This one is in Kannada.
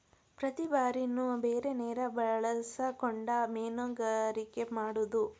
ಪ್ರತಿ ಬಾರಿನು ಬೇರೆ ನೇರ ಬಳಸಕೊಂಡ ಮೇನುಗಾರಿಕೆ ಮಾಡುದು